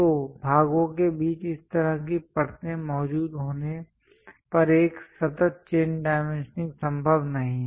तो भागों के बीच इस तरह की परतें मौजूद होने पर एक सतत चेन डाइमेंशनिंग संभव नहीं है